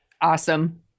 Awesome